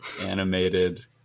animated